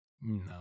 No